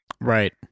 Right